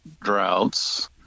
droughts